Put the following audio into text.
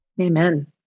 Amen